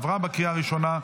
עברה בקריאה הראשונה,